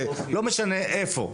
לא משנה איפה.